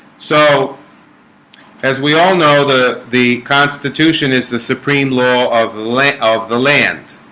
so as we all know the the constitution is the supreme law of light of the land